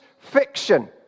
fiction